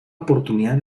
oportunidad